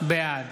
בעד